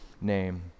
name